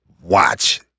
watch